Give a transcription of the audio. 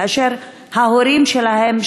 כאשר ההורים שלהם,